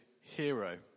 hero